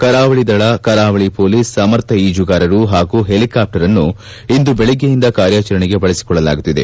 ಕರಾವಳದಳ ಕರಾವಳ ಪೊಲೀಸ್ ಸಮರ್ಥ ಈಜುಗಾರರು ಹಾಗೂ ಹೆಲಿಕಾಫ್ಲರನ್ನು ಇಂದು ಬೆಳಗ್ಗೆಯಿಂದ ಕಾರ್ಯಾಚರಣೆಗೆ ಬಳಸಿಕೊಳ್ಳಲಾಗುತ್ತಿದೆ